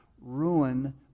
ruin